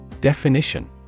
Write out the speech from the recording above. Definition